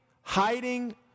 Hiding